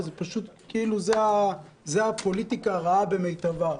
זה הפוליטיקה הרעה במיטבה.